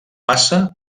passa